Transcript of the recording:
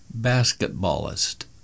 basketballist